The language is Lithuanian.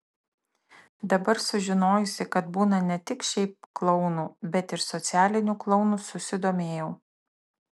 dabar sužinojusi kad būna ne tik šiaip klounų bet ir socialinių klounų susidomėjau